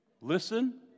Listen